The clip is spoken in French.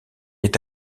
est